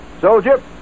soldier